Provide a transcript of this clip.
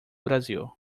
brasil